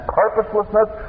purposelessness